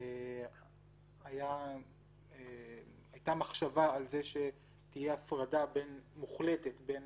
הייתה מחשבה על זה שתהיה הפרדה מוחלטת בין